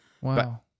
Wow